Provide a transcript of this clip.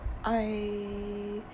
I